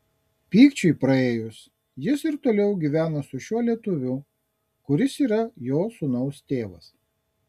pykčiui praėjus ji ir toliau gyvena su šiuo lietuviu kuris yra jos sūnaus tėvas